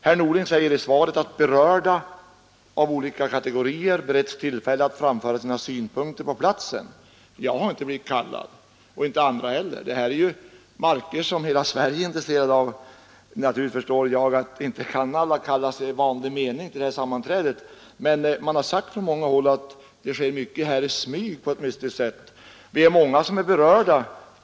Herr Norling säger i svaret att berörda personer av olika kategorier beretts tillfälle att framföra sina synpunkter på platsen. Jag har emellertid inte blivit kallad och inte heller andra berörda. Det här är ju marker som människor i hela Sverige är intresserade av. Naturligtvis förstår jag att alla inte kan kallas i vanlig mening till det här sammanträdet, men man har sagt på många håll att mycket sker i smyg på ett mystiskt sätt. Vi är många som är berörda.